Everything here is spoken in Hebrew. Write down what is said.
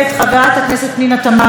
חברת הכנסת פנינה תמנו,